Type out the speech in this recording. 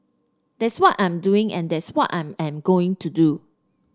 that's what I'm doing and that's what I am going to do